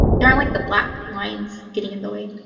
there are like the black lines getting in the way.